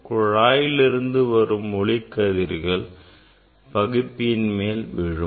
குழாயில் இருந்து வரும் ஒளிக்கதிர்கள் பகுப்பியின் மேல் விழும்